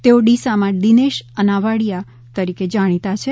તેઓ ડીસામાં દિનેશ અનાવાડીયા તરીકે જાણીતા છે